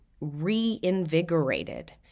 reinvigorated